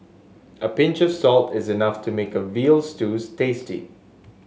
a pinch of salt is enough to make a veal stew tasty